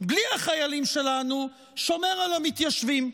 בלי החיילים שלנו, שומר על המתיישבים.